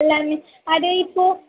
ഇല്ല അത് ഇപ്പോൾ